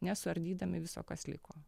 nesuardydami viso kas liko